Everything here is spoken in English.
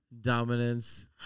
dominance